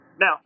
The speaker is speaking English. Now